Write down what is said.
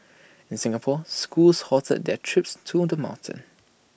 in Singapore schools halted their trips to the mountain